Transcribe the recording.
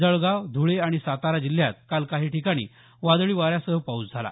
जळगाव धुळे आणि सातारा जिल्ह्यात काल काही ठिकाणी वादळी वाऱ्यासह पाउस झाला